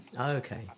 okay